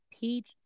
page